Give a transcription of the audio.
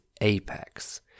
apex